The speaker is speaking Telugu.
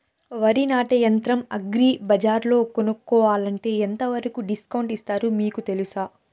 వరి నాటే యంత్రం అగ్రి బజార్లో కొనుక్కోవాలంటే ఎంతవరకు డిస్కౌంట్ ఇస్తారు మీకు తెలుసా?